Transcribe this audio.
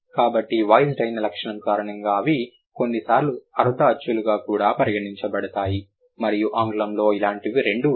కాబట్టి వాయిస్డ్ అయిన లక్షణం కారణంగా అవి కొన్నిసార్లు అర్ధ అచ్చులుగా కూడా పరిగణించబడతాయి మరియు ఆంగ్లంలో అలాంటివి రెండు ఉన్నాయి